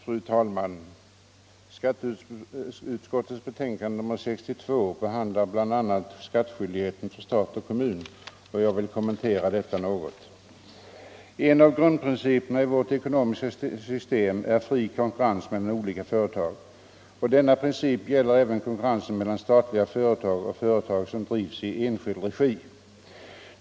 Fru talman! Skatteutskottets betänkande nr 62 behandlar bl.a. skattskyldigheten för stat och kommun, och jag vill kommentera detta något. En grundprincip i vårt ekonomiska system är fri konkurrens mellan olika företag. Denna princip gäller även konkurrensen mellan statliga företag och företag som drivs i enskild regi.